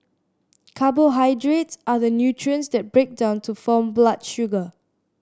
carbohydrates are the nutrients that break down to form blood sugar